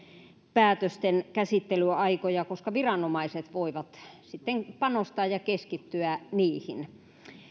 päätösten käsittelyaikoja koska viranomaiset voivat sitten panostaa ja keskittyä niihin